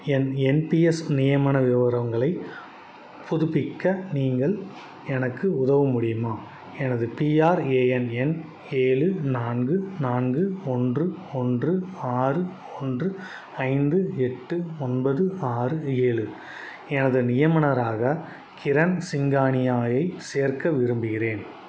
என் N P S நியமன விவரங்களைப் புதுப்பிக்க நீங்கள் எனக்கு உதவ முடியுமா எனது பிஆர்ஏஎன் எண் ஏழு நான்கு நான்கு ஒன்று ஒன்று ஆறு ஒன்று ஐந்து எட்டு ஒன்பது ஆறு ஏழு எனது நியமனமராக கிரண் சிங்கானியாவை சேர்க்க விரும்புகிறேன்